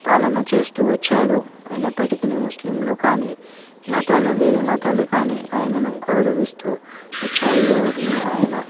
పాలన చేస్తూ వచ్చాడు అయినప్పటికినీ ముస్లింలు కానీ మతాల వేరే మతాలు కానీ ఆయనను గౌరవిస్తూ వచ్చాయి ఎవరినీ ఆయన